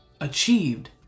achieved